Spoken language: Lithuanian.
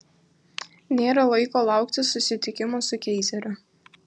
nėra laiko laukti susitikimo su keizeriu